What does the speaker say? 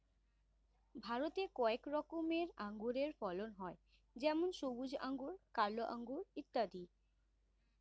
ভারতে কয়েক রকমের আঙুরের ফলন হয় যেমন সবুজ আঙুর, কালো আঙুর ইত্যাদি